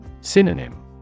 Synonym